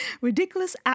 Ridiculous